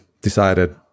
decided